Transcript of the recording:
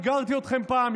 אתגרתי אתכם פעם,